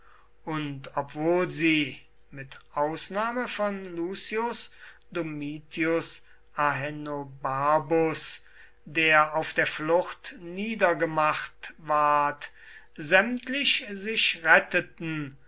und obwohl sie mit ausnahme von lucius domitius ahenobarbus der auf der flucht niedergemacht ward sämtlich sich retteten